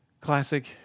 classic